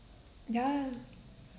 ya